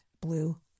blue